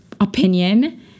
opinion